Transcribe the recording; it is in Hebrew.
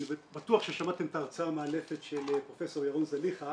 אני בטוח ששמעתם את ההרצאה המאלפת של פרופ' ירון זליכה